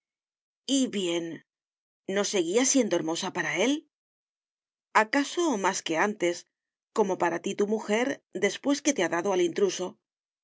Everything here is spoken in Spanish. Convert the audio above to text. bien no seguía siendo hermosa para él acaso más que antes como para ti tu mujer después que te ha dado al intruso